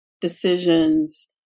decisions